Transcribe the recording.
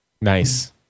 Nice